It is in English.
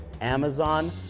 Amazon